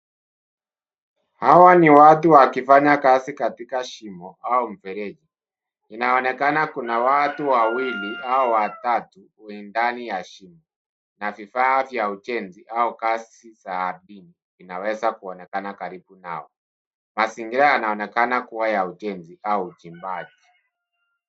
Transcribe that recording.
Hawa ni watu wakifanya kazi katika shimo au mfereji. Inaonekana kuna watu wawili au watatu kwenye ndani ya shimo na vifaa vya ujenzi au kazi za asili inaweza kuonekana karibu nao. Mazingira yanaonekana kuwa ya ujenzi au uchimbaji.